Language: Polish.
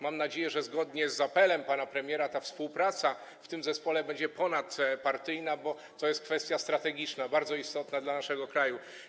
Mam nadzieję, że zgodnie z apelem pana premiera współpraca w tym zespole będzie ponadpartyjna, bo to jest kwestia strategiczna, bardzo istotna dla naszego kraju.